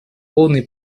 полной